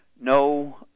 no